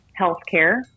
healthcare